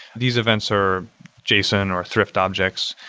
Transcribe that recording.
these events are json or thrift objects.